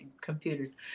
computers